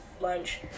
lunch